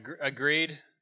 Agreed